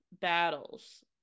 battles